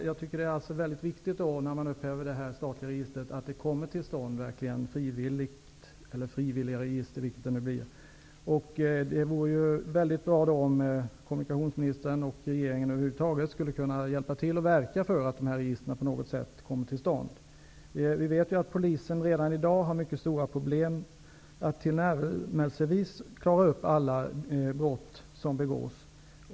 Herr talman! Det är enligt min mening mycket viktigt att det verkligen kommer till stånd ett frivilligt register, eller frivilliga register, vilket det nu blir, när man upphäver detta statliga register. Det vore då mycket bra om kommunikationsministern och regeringen över huvud taget skulle kunna hjälpa till att verka för att dessa register på något sätt kommer till stånd. Vi vet ju att Polisen redan i dag har mycket stora problem att tillnärmelsevis klara upp alla brott som begås.